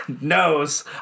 knows